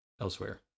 elsewhere